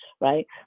right